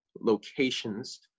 locations